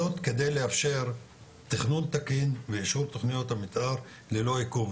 זאת כדי לאפשר תכנון תקין ואישור תוכניות המתאר ללא עיכוב,